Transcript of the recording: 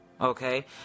Okay